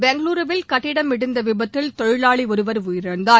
பெங்களூருவில் கட்டிடம் இடிந்த விபத்தில் தொழிலாளி ஒருவர் உயிரிழந்தார்